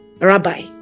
rabbi